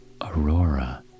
Aurora